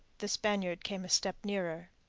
the spaniard came a step nearer.